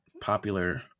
popular